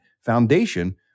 Foundation